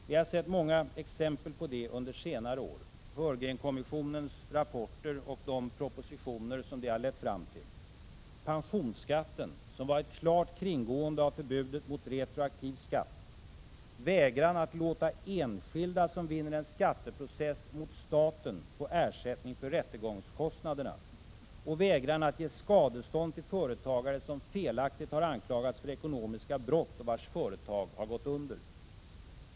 Vi har sett många exempel på det under senare år: Heurgrenkommissionens rapporter och de propositioner dessa har lett fram till, pensionsskatten, som var ett klart kringgående av förbudet mot retroaktiv skatt, vägran att låta enskilda som vinner en skatteprocess mot staten få ersättning för rättegångskostnaderna och vägran att ge skadestånd till företagare som felaktigt anklagats för ekonomiska brott och vars företag gått under.